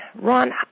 Ron